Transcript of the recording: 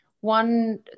One